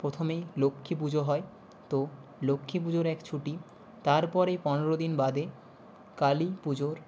প্রথমেই লক্ষ্মী পুজো হয় তো লক্ষ্মী পুজোর এক ছুটি তার পরে পনেরো দিন বাদে কালী পুজোর